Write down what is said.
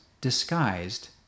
disguised